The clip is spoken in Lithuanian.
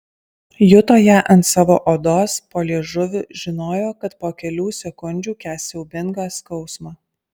juto ją ant savo odos po liežuviu žinojo kad po kelių sekundžių kęs siaubingą skausmą